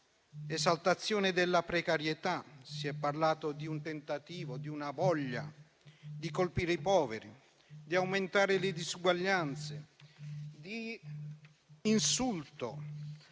esaltazione della precarietà, di un tentativo e di una voglia di colpire i poveri, di aumentare le disuguaglianze; si è parlato